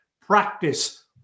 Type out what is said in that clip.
practice